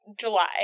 July